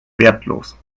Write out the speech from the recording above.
wertlos